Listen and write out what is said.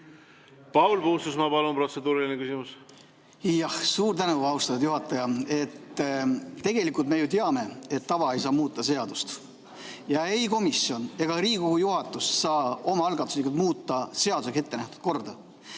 Paul Puustusmaa, palun, protseduuriline küsimus! Suur tänu, austatud juhataja! Tegelikult me ju teame, et tava ei saa muuta seadust. Ei komisjon ega Riigikogu juhatus saa omaalgatuslikult muuta seadusega ette nähtud korda.